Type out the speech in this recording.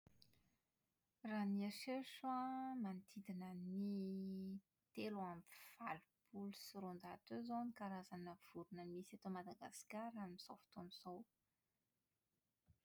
Raha ny eritreritro an manodidina ny telo amby valopolo sy roanjato eo izao ny karazana vorona misy eto Madagasikara amin'izao fotoana izao.